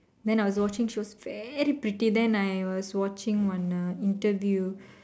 then I was watching she was very pretty then I was watching one uh interview